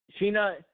Sheena